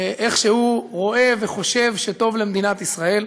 איך שהוא רואה וחושב שטוב למדינת ישראל.